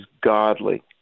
godly